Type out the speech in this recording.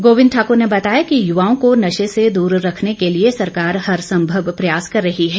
गोबिंद ठाकुर ने बताया कि युवाओं को नशे से दूर रखने के लिए सरकार हरसंभव प्रयास कर रही है